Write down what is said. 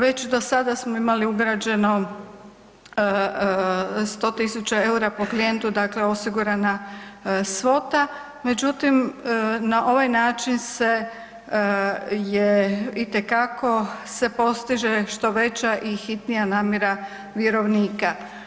Već do sada smo imali ugrađeno 100.000 EUR-a po klijentu dakle osigurana svota, međutim na ovaj način se je itekako se postiže što veća i hitnija namjera vjerovnika.